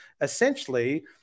essentially